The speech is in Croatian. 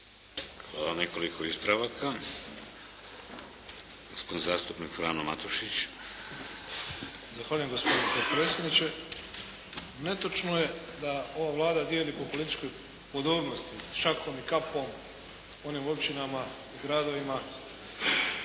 Hvala. Nekoliko ispravaka. Gospodin zastupnik Frano Matušić. **Matušić, Frano (HDZ)** Zahvaljujem gospodine potpredsjedniče. Netočno je da ova Vlada dijeli po političkoj podobnosti šakom i kapom onim općinama i gradovima